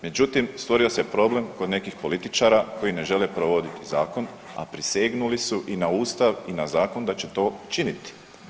Međutim stvorio se problem kod nekih političara koji ne žele provoditi zakon, a prisegnuli su i na ustav i na zakon da će to činiti.